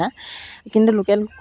embroidery কৰি পিনি